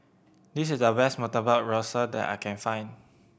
this is the best Murtabak Rusa that I can find